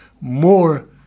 more